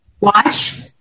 Watch